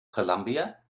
colombia